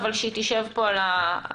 אבל שהיא תשב פה על השולחן,